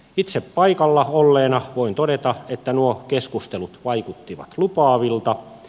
itse paikalla olleena voin todeta että nuo keskustelut vaikuttivat lupaavilta